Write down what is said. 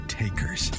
takers